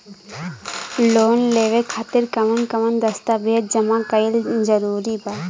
Loan लेवे खातिर कवन कवन दस्तावेज जमा कइल जरूरी बा?